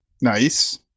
Nice